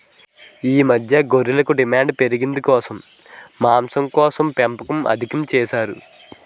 ఈ మధ్య గొర్రెలకు డిమాండు పెరిగి ఉన్నికోసం, మాంసంకోసం పెంపకం అధికం చేసారు